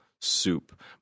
soup